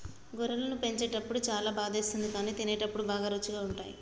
గొర్రెలను చంపేటప్పుడు చాలా బాధేస్తుంది కానీ తినేటప్పుడు బాగా రుచిగా ఉంటాయి